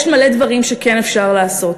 יש מלא דברים שכן אפשר לעשות.